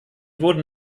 wurden